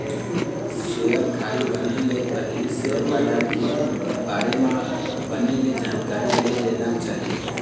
सेयरधारी बने ले पहिली सेयर बजार के बारे म बने ले जानकारी ले लेना चाही